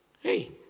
Hey